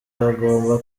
bagomba